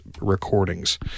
recordings